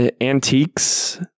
antiques